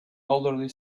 orderly